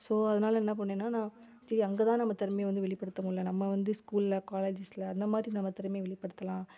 so அதனால என்ன பண்ணேன்னா நான் சரி அங்கே தான் நம்ம திறமைய வந்து வெளிப்படுத்த முடில நம்ம வந்து ஸ்கூலில் காலேஜஸுல அந்த மாதிரி நம்ம திறமைய வெளிப்படுத்தலாம்